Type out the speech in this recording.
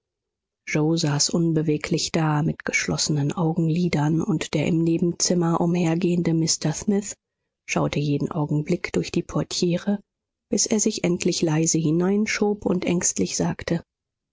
yoe saß unbeweglich da mit geschlossenen augenlidern und der im nebenzimmer umhergehende mr smith schaute jeden augenblick durch die portiere bis er sich endlich leise hineinschob und ängstlich sagte